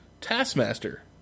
Taskmaster